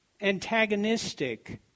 antagonistic